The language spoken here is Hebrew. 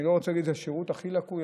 אני לא רוצה להגיד שזה השירות הכי לקוי